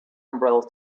umbrellas